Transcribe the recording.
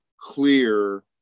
clear